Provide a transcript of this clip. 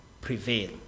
prevail